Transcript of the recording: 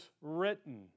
written